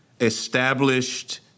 established